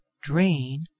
drain